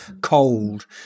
cold